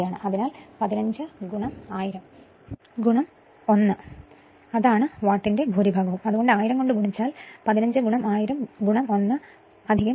അതിനാൽ 15 1000 1 അതാണ് wattന്റെ ഭൂരിഭാഗവും 1000 കൊണ്ട് ഗുണിച്ചാൽ 15 1000 1 2 W i 0